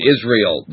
Israel